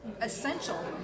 essential